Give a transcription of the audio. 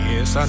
Yes